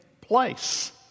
place